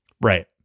right